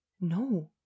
no